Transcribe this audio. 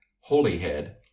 Holyhead